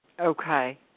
Okay